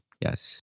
yes